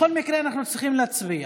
בכל מקרה אנחנו צריכים להצביע.